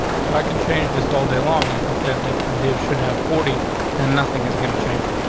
and i can change this all day long. i can say that and there should have forty and nothing is gonna change.